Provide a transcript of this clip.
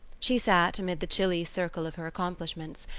she sat amid the chilly circle of her accomplishments,